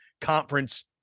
conference